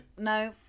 no